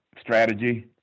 strategy